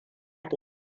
da